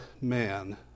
man